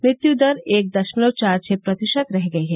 मृत्यू दर एक दशमलव चार छह प्रतिशत रह गई है